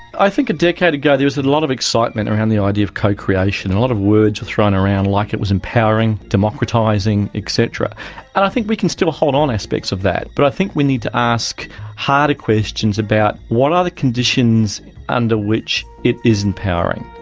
i think a decade ago there was a lot of excitement around the idea of co-creation, a lot of words were thrown around, like it was empowering, democratising, et cetera. and i think we can still hold on to aspects of that, but i think we need to ask harder questions about what are the conditions under which it is empowering,